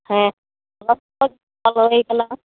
ᱦᱮ ᱦᱩᱭ ᱠᱟᱱᱟ